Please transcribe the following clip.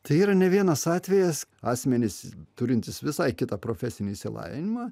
tai yra ne vienas atvejis asmenys turintys visai kitą profesinį išsilavinimą